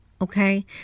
Okay